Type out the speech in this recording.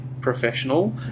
professional